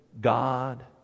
God